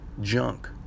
junk